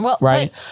right